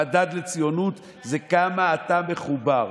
המדד לציונות זה כמה אתה מחובר.